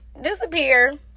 disappear